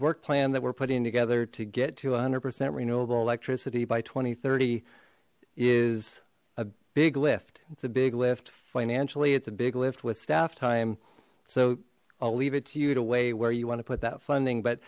work plan that we're putting together to get to a hundred percent renewable electricity by two thousand and thirty is a big lift it's a big lift financially it's a big lift with staff time so i'll leave it to you to weigh where you want to put that funding but